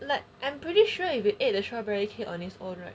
like I'm pretty sure if you ate the strawberry cake on it's own right